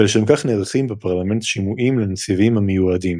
ולשם כך נערכים בפרלמנט שימועים לנציבים-המיועדים.